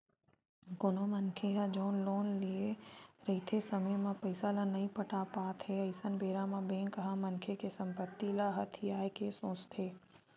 कोनो मनखे ह जउन लोन लेए रहिथे समे म पइसा ल नइ पटा पात हे अइसन बेरा म बेंक ह मनखे के संपत्ति ल हथियाये के सोचथे